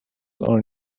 are